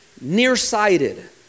Nearsighted